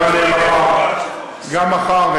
גם מחר,